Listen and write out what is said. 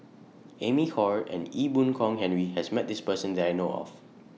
Amy Khor and Ee Boon Kong Henry has Met This Person that I know of